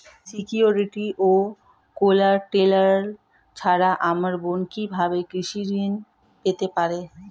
Security ও collateral ছাড়া আমার বোন কিভাবে কৃষি ঋন পেতে পারে?